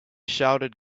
shouted